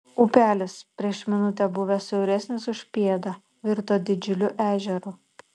upelis prieš minutę buvęs siauresnis už pėdą virto didžiuliu ežeru